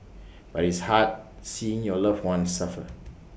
but it's hard seeing your loved one suffer